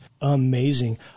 amazing